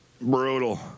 brutal